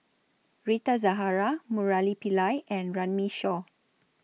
Rita Zahara Murali Pillai and Runme Shaw